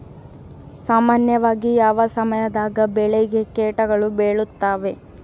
ಸಾಮಾನ್ಯವಾಗಿ ಯಾವ ಸಮಯದಾಗ ಬೆಳೆಗೆ ಕೇಟಗಳು ಬೇಳುತ್ತವೆ?